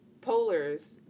polars